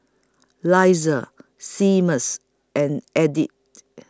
Elizah Seamus and Edith